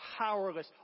powerless